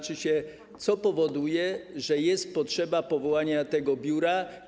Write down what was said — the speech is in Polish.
Co powoduje, że jest potrzeba powołania tego biura?